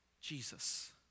Jesus